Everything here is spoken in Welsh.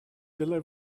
dylai